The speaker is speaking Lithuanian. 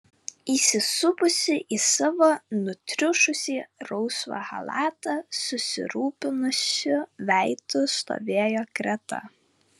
įsisupusi į savo nutriušusį rausvą chalatą susirūpinusiu veidu stovėjo greta